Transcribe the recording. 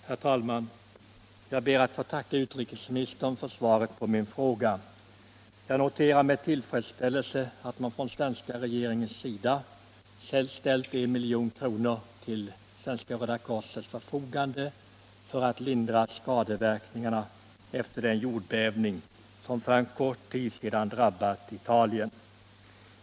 Herr talman! Jag ber att få tacka utrikesministern för svaret på min fråga. Jag noterar med tillfredsställelse att svenska regeringen ställt I milj.kr. till Svenska röda korsets förfogande för att lindra skadeverkningarna efter den jordbävning som för en kort tid sedan drabbade Italien.